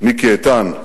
מיקי איתן,